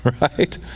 Right